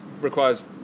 requires